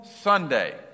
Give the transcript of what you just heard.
Sunday